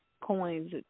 coins